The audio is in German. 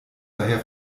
daher